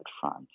front